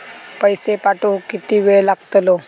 पैशे पाठवुक किती वेळ लागतलो?